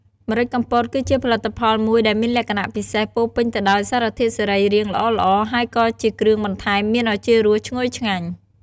ម្រេចកំពតគឺជាផលិតផលមួយដែលមានលក្ខណៈពិសេស ពោរពេញទៅដោយសារធាតុសរីរាង្គល្អៗ ហើយក៏ជាគ្រឿងបន្ថែមមានឱជារសឈ្ងុយឆ្ងាញ់។